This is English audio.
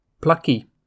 plucky